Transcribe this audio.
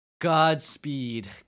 Godspeed